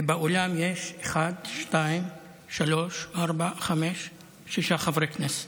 ובאולם יש שישה חברי כנסת,